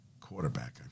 quarterback